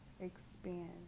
expand